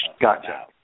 Gotcha